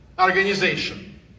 Organization